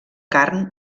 carn